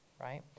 Right